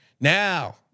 now